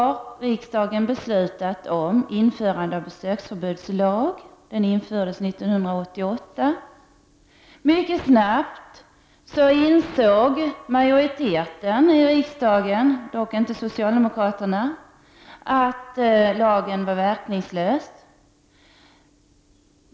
Riksdagen har beslutat om införande av en besöksförbudslag, som tillkom 1988. Mycket snabbt insåg majoriteten i riksdagen, dock inte socialdemokraterna, att lagen var verkningslös.